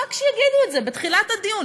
רק שיגידו את זה בתחילת הדיון,